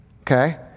Okay